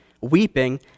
weeping